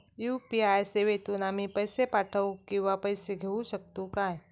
UPI सेवेतून आम्ही पैसे पाठव किंवा पैसे घेऊ शकतू काय?